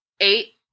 eight